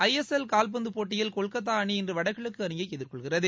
ஐ S L கால்பந்து போட்டியில் கொல்கத்தா அணி இன்று வடகிழக்கு அணியை எதிர்கொள்கிறது